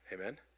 Amen